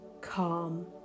calm